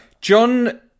John